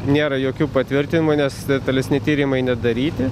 nėra jokių patvirtinimų nes detalesni tyrimai nedaryti